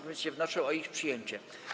Komisje wnoszą o ich przyjęcie.